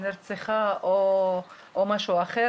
נרצחה או משהו אחר,